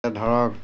ধৰক